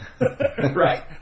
Right